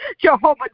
Jehovah